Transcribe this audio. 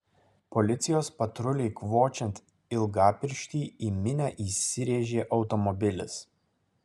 policijos patruliui kvočiant ilgapirštį į minią įsirėžė automobilis